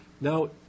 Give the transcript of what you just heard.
Now